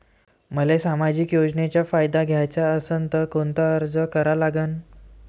मले सामाजिक योजनेचा फायदा घ्याचा असन त कोनता अर्ज करा लागन?